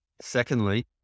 Secondly